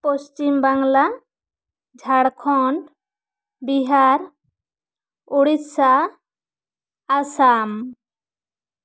Paschim Bangla Jharkhand Bihar Odisha Assam